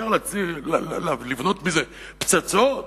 אפשר לבנות מזה פצצות?